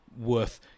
worth